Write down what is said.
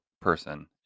person